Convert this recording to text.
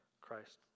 Christ